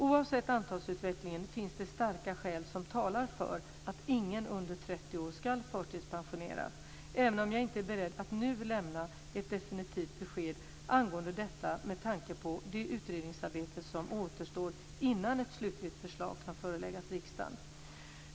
Oavsett antalsutvecklingen finns det starka skäl som talar för att ingen under 30 år ska förtidspensioneras, även om jag inte är beredd att nu lämna ett definitivt besked angående detta med tanke på det utredningsarbete som återstår innan ett slutligt förslag kan föreläggas riksdagen.